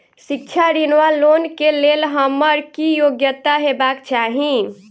शिक्षा ऋण वा लोन केँ लेल हम्मर की योग्यता हेबाक चाहि?